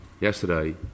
yesterday